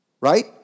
right